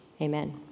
Amen